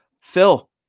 Phil